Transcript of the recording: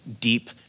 deep